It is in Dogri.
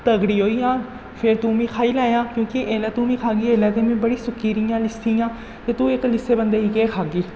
तगड़ी होई जाङ फेर तूं मिगी खाई लैएआं क्योंकि एह्लै तूं मिगी खाह्गी इसलै में ते बड़ी सुक्की दियां लिस्सी आं ते तूं इक लिस्से बंदे गी केह् खाह्गी